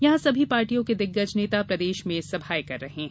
यहां सभी पार्टियों के दिग्गज नेता प्रदेश में सभायें कर रहे हैं